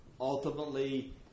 ultimately